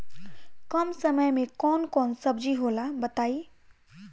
कम समय में कौन कौन सब्जी होला बताई?